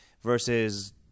versus